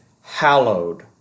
hallowed